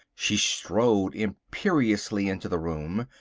she strode imperiously into the room.